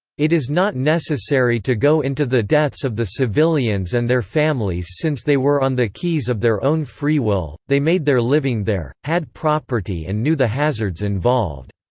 it is not necessary to go into the deaths of the civilians and their families since they were on the keys of their own free will they made their living there, had property and knew the hazards involved.